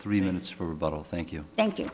three minutes for a bottle thank you thank you